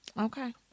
okay